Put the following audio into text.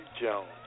Jones